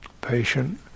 patient